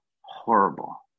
Horrible